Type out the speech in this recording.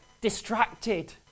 distracted